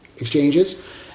exchanges